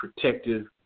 protective